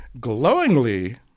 glowingly